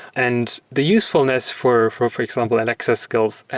and the usefulness for, for for example, alexa skills,